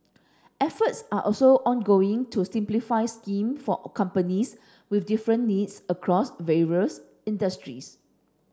efforts are also ongoing to simplify scheme for companies with different needs across various industries